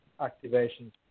activation